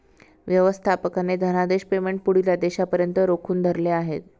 व्यवस्थापकाने धनादेश पेमेंट पुढील आदेशापर्यंत रोखून धरले आहे